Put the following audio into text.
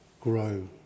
grow